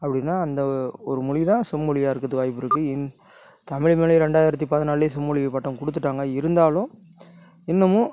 அப்படின்னா அந்த ஒரு மொழி தான் செம்மொழியாக இருக்கிறதுக்கு வாய்ப்பிருக்கு இன் தமிழ் மொழி ரெண்டாயிரத்தி பதினாலுலேயே செம்மொழி பட்டம் கொடுத்துட்டாங்க இருந்தாலும் இன்னமும்